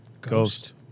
Ghost